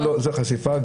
או חשיפה,